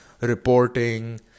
reporting